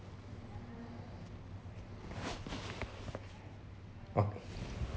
okay